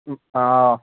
آ